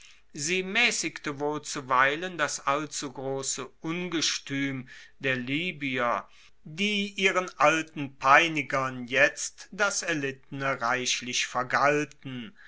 sie maessigte wohl zuweilen das allzugrosse ungestuem der libyer die ihren alten peinigern jetzt das erlittene reichlich vergalten